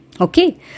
Okay